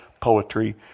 poetry